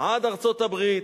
עד ארצות-הברית,